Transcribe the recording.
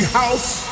house